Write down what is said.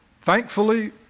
thankfully